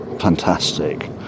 fantastic